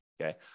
okay